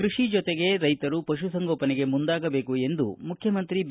ಕೃಷಿ ಜೊತೆಗೆ ರೈತರು ಪಶುಸಂಗೋಪನೆಗೆ ಮುಂದಾಗಬೇಕು ಎಂದು ಮುಖ್ಯಮಂತ್ರಿ ಬಿ